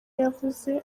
yavuze